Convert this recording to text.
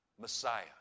Messiah